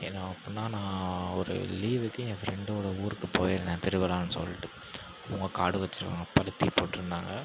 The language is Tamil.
ஏன்னா அப்புன்னா நான் ஒரு லீவுக்கு ஏன் ஃப்ரெண்டோட ஊருக்கு போயிருந்தேன் திருவிழான்னு சொல்லிட்டு அவங்க காடு வச்சிருக்காங்க பருத்தி போட்டுருந்தாங்க